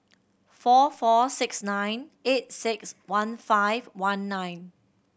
four four six nine eight six one five one nine